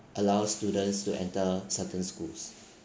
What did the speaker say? allows students to enter certain schools